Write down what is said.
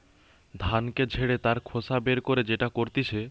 ধানকে ঝেড়ে তার খোসা বের করে যেটা করতিছে